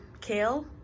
Kale